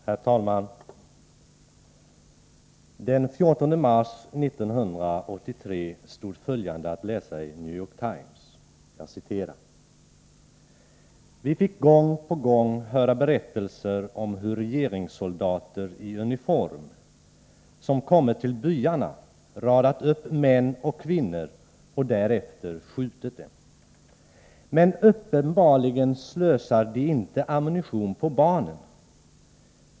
Herr talman! Den 14 mars 1983 stod följande att läsa i New York Times: Vi fick gång på gång höra berättelser om hur regeringssoldater i uniform, som kommit till byarna, radat upp män och kvinnor och därefter skjutit dem. Men uppenbarligen slösar de inte ammunition på barnen.